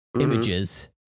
images